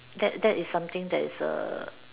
that that is something that is a